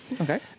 Okay